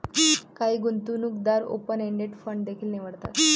काही गुंतवणूकदार open ended fund देखील निवडतात